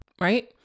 right